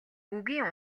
үгийн